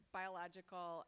biological